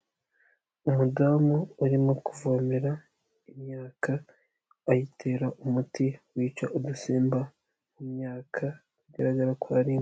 Umudamu urimo kuvomera imyaka ayitera umuti wica udusimba mu myaka bigaragara ko arimo.